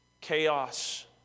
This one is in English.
chaos